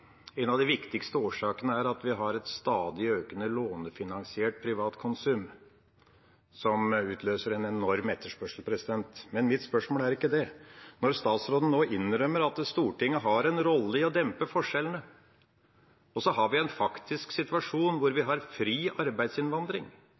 En av de viktigste årsakene er at vi har et stadig økende lånefinansiert privat konsum som utløser en enorm etterspørsel. Men det er ikke mitt spørsmål. Statsråden innrømmer nå at Stortinget har en rolle i å dempe forskjellene. Vi har en faktisk situasjon med fri arbeidsinnvandring, vi